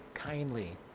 kindly